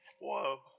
Whoa